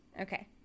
Okay